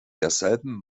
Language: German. derselben